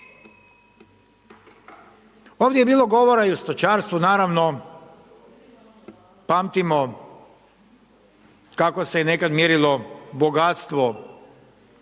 Ovdje je bilo govora i o stočarstvu, naravno pamtimo kako se je nekada mjerilo bogatstvo